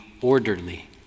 orderly